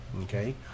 okay